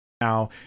now